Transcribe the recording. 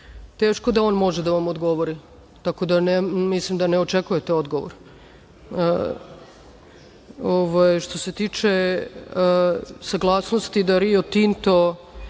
teško da on može da vam odgovori, tako da mislim da ne očekujete odgovor. Što se tiče saglasnosti da Rio Tinto